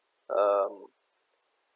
um